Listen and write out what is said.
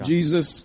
Jesus